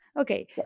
Okay